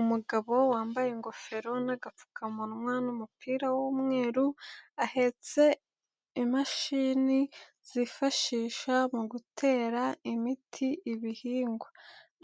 Umugabo wambaye ingofero n'agapfukamunwa n'umupira w'umweru, ahetse imashini zifashisha mu gutera imiti ibihingwa,